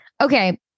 Okay